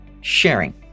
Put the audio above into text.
sharing